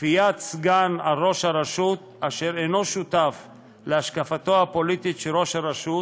כפיית סגן על ראש הרשות אשר אינו שותף להשקפתו הפוליטית של ראש הרשות,